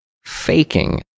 faking